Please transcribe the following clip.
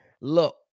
Look